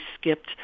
skipped